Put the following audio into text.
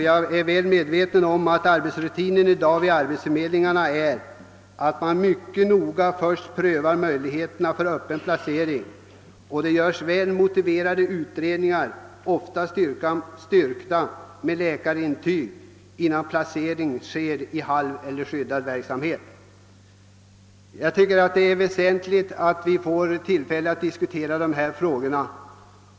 Jag är väl medveten om att arbetsrutinen vid arbetsförmedlingarna i dag är att man först mycket noga prövar möjligheterna till öppen placering och därefter gör väl motiverade utredningar — oftast styrkta med läkarintyg — innan placering sker i halvskyddad eller skyddad verksamhet. Jag finner det väsentligt att vi får tillfälle att diskutera dessa frågor.